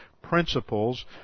principles